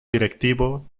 directivo